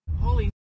Holy